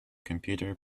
computer